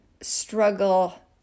struggle